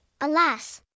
alas